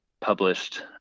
published